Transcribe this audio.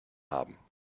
haben